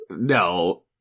no